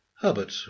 Herbert